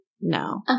No